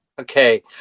okay